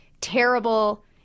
terrible